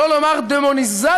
שלא נאמר דמוניזציה,